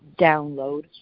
download